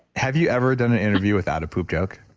have you ever done an interview without a poop joke?